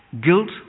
Guilt